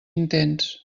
intens